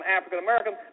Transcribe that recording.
African-Americans